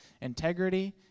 integrity